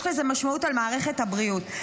יש לזה משמעות למערכת הבריאות.